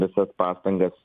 visas pastangas